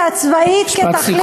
באופציה הצבאית כתחליף,